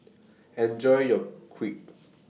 Enjoy your Crepe